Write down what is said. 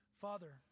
Father